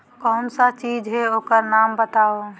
कौन सा चीज है ओकर नाम बताऊ?